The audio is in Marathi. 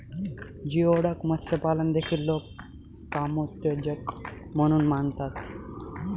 जिओडक मत्स्यपालन देखील लोक कामोत्तेजक म्हणून मानतात